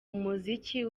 umuziki